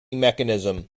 mechanism